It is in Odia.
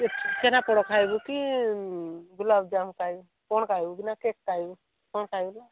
ଛେନାପୋଡ଼ ଖାଇବୁ କି ଗୁଲାପଜାମୁ ଖାଇବୁ କ'ଣ ଖାଇବୁ କି ନା କେକ୍ ଖାଇବୁ କ'ଣ ଖାଇବୁ କହ